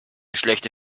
schlechte